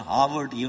Harvard